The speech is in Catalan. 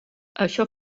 això